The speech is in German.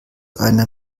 einer